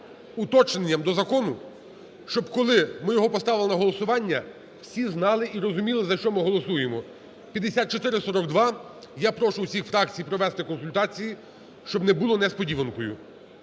уточненням до закону, щоб, коли ми його поставили на голосування, всі знали і розуміли за що ми голосуємо. 5442, я прошу всі фракції провести консультації, щоб не було несподіванкою.